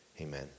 amen